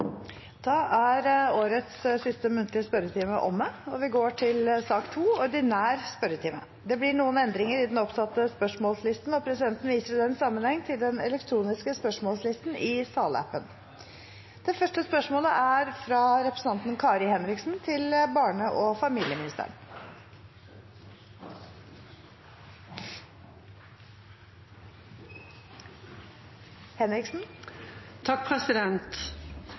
Da er årets siste muntlige spørretime omme. Det blir noen endringer i den oppsatte spørsmålslisten, og presidenten viser i den sammenheng til den elektroniske spørsmålslisten i salappen. Endringene var som følger: Spørsmål 11, fra representanten Tore Hagebakken til helseministeren, vil bli tatt opp av representanten Ingvild Kjerkol. Spørsmål 14, fra representanten Jan Bøhler til justis- og